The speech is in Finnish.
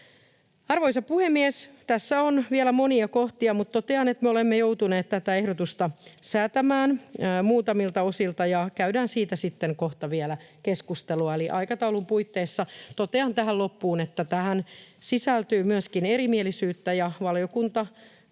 Arvoisa puhemies! Tässä on vielä monia kohtia, mutta totean, että me olemme joutuneet tätä ehdotusta säätämään muutamilta osilta, ja käydään siitä sitten kohta vielä keskustelua. Eli aikataulun puitteissa totean tähän loppuun, että tähän sisältyy myöskin erimielisyyttä ja valiokunta kaikilta